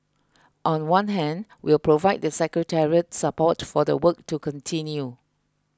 on one hand we'll provide the secretariat support for the work to continue